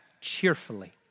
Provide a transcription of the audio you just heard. cheerfully